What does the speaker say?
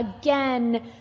again